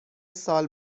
سال